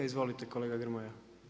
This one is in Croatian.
Izvolite kolega Grmoja.